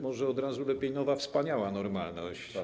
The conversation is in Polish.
Może od razu lepiej: nowa wspaniała normalność.